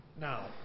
Now